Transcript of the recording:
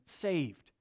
saved